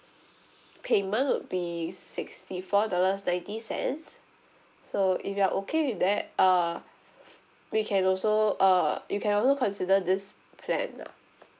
payment would be sixty four dollars ninety cents so if you're okay with that uh we can also uh you can also consider this plan ah